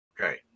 Okay